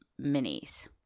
Minis